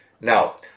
Now